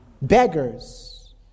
Beggars